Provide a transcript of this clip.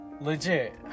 Legit